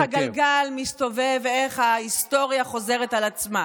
איך הגלגל מסתובב ואיך ההיסטוריה חוזרת על עצמה.